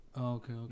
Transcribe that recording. okay